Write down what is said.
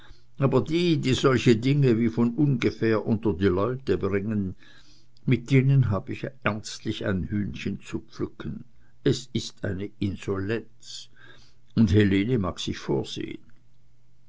aber die die solche dinge wie von ungefähr unter die leute bringen mit denen hab ich ernstlich ein hühnchen zu pflücken es ist eine insolenz und helene mag sich vorsehen